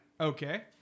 Okay